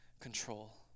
control